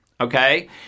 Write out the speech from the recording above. Okay